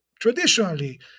traditionally